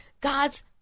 God's